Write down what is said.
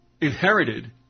inherited